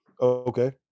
okay